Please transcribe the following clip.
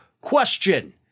question